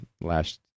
last